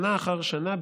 שנה אחר שנה,